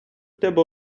тебе